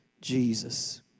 Jesus